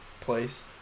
place